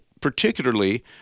particularly